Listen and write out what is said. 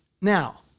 Now